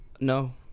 No